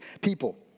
people